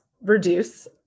reduce